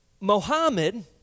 Mohammed